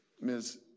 Ms